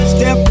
Step